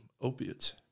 opiates